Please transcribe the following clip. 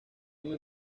muy